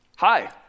Hi